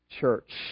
church